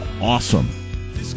awesome